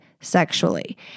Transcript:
sexually